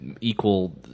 equal